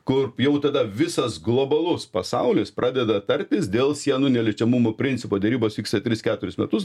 kur jau tada visas globalus pasaulis pradeda tartis dėl sienų neliečiamumo principo derybos vyksta tris keturis metus